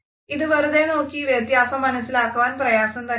ഇത് വെറുതെ നോക്കി വ്യത്യാസം മനസിലാക്കുവാൻ പ്രയാസം തന്നെയാണ്